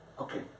Okay